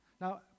Now